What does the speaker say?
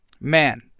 Man